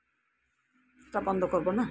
ᱮᱴᱟ ᱵᱚᱱᱫᱚ ᱠᱚᱨᱵᱚ ᱱᱟ